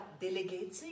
delegating